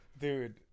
dude